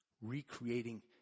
recreating